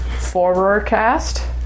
Forecast